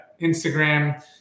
Instagram